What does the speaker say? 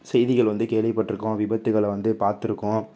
செய்திகள் வந்து கேள்விப்பட்டிருக்கோம் விபத்துகளை வந்து பார்த்துருக்கோம்